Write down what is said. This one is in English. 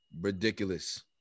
ridiculous